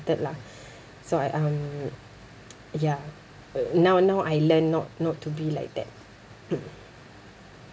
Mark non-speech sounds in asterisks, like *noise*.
lah so I um *noise* ya now now I learned not not to be like that mm